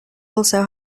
also